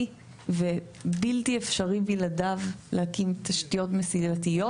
ובלתי אפשרי בלעדיו להקים תשתיות מסילתיות.